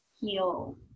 heal